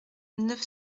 neuf